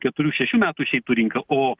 keturių šešių metų išeitų į rinka o